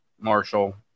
Marshall